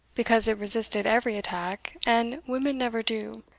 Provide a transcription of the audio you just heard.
because it resisted every attack, and women never do.